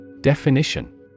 Definition